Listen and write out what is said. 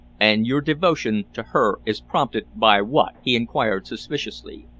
and your devotion to her is prompted by what? he inquired suspiciously.